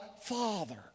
Father